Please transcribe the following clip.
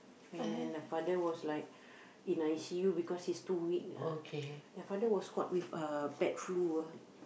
and then the father was like in I_C_U because he's too weak ah and father was caught with uh bad flu ah